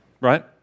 right